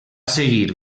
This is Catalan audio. seguir